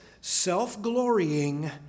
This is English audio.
self-glorying